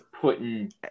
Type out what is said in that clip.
putting